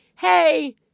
Hey